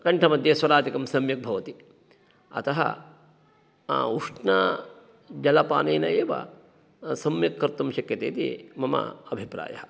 कण्ठमध्ये स्वरादिकं सम्यक् भवति अतः उष्णजलपानेन एव सम्यक् कर्तुं शक्यते इति मम अभिप्रायः